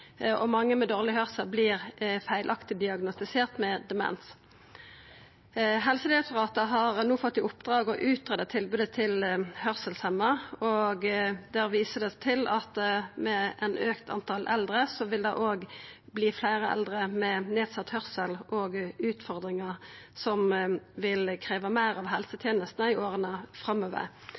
og mange med dårleg høyrsel vert feilaktig diagnostiserte med demens. Helsedirektoratet har no fått i oppdrag å greia ut tilbodet til høyrselshemja. Det vert vist til at det med fleire eldre òg vil vera fleire eldre med nedsett høyrsel og utfordringar som vil krevja meir av helsetenestene i åra framover.